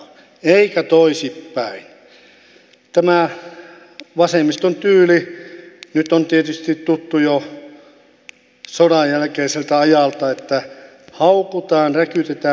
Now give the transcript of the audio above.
tämä vasemmiston tyyli nyt on tietysti tuttu jo sodanjälkeiseltä ajalta että haukutaan räkytetään